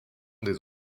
des